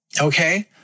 Okay